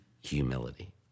humility